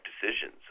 decisions